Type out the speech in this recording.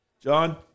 John